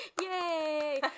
yay